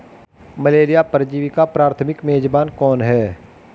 Malaria परजीवी का प्राथमिक मेजबान कौन है?